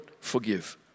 forgive